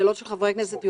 שאלות של חברי הכנסת.